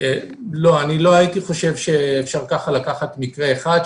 לא הייתי חושב שאפשר כך לקחת מקרה אחד.